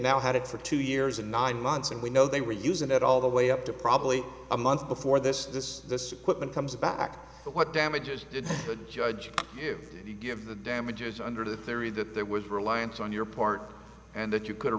now had it for two years and nine months and we know they were using it all the way up to probably a month before this this this equipment comes back but what damages did the judge give you give the damages under the theory that there was a reliance on your part and that you could